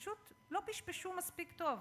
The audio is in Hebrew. פשוט לא פשפשו מספיק טוב.